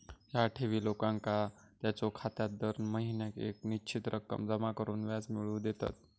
ह्या ठेवी लोकांका त्यांच्यो खात्यात दर महिन्याक येक निश्चित रक्कम जमा करून व्याज मिळवून देतत